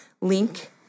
link